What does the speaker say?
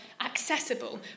accessible